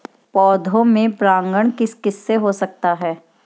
पौधों में परागण किस किससे हो सकता है?